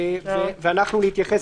ואנחנו נתייחס.